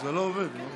מה הוא עשה?